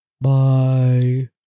Bye